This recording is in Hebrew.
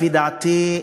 לפי דעתי,